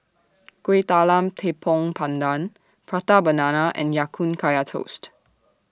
Kuih Talam Tepong Pandan Prata Banana and Ya Kun Kaya Toast